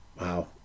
wow